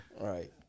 Right